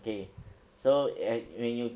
okay so when when you